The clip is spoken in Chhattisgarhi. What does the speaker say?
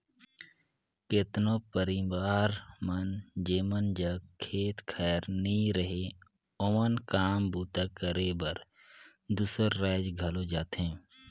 केतनो परिवार मन जेमन जग खेत खाएर नी रहें ओमन काम बूता करे बर दूसर राएज घलो जाथें